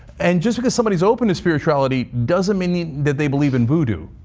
and just because somebody is open to spirituality, doesn't mean that they believe in vudu.